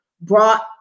brought